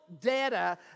data